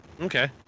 Okay